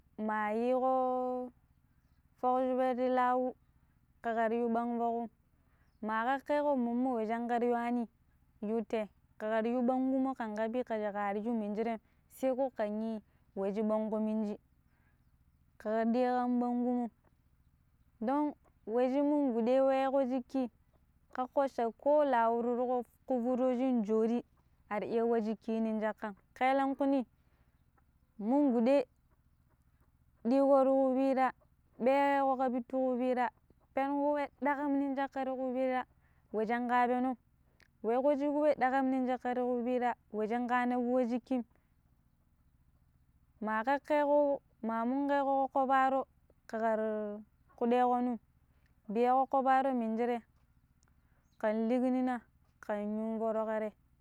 ma̱a̱ yiiƙo fok chupet ti lawu ƙa ƙar yuu ɓang fokuum ma̱a̱ kakke ƙo mommo we cangara yuwani yu te ka ƙar yu ɓang ƙumom ƙan ƙapi ƙaja ƙaar yu minjireim saiko ƙang yii weh chi ya ɓongo minji ƙa ƙar ɗiya ƙan ɓang ƙumom don we chi mun gɓuɗe weƙo chikki ƙakko cha ƙo Lawu turƙo ƙu furo chin joori ar iya wa̱ chikki nin chakkaam ƙaelanƙu ni mun gɓuɗe ɗiiƙo ti ƙupira ɓeeƙeeƙo ƙa pittu ƙupira penuƙo we ɗaƙaam nin chakka ti ƙupira we chanƙa penom weƙo chiƙ we ɗaƙam non kaƙƙa tuƙu pira we shin ka naɓu wa ciƙƙim ma geƙo ƙo ma mun geƙo ƙoƙƙo faro ke ƙar kuɗeƙom nu biya ƙoƙƙo faro minjire ƙan ligini na ƙen yu foro katei.